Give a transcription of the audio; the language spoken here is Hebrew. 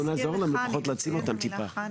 בואו נעזור להם, לפחות להעצים אותם טיפה.